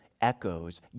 echoes